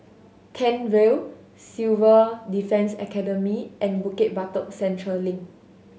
Kent Vale Civil Defence Academy and Bukit Batok Central Link